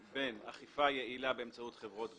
בין אכיפה יעילה באמצעות חברות גבייה,